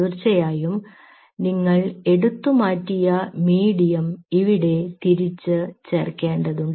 തീർച്ചയായും നിങ്ങൾ എടുത്തുമാറ്റിയ മീഡിയം ഇവിടെ തിരിച്ച് ചേർക്കേണ്ടതുണ്ട്